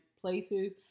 places